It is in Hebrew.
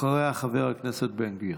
אחריה, חבר הכנסת בן גביר.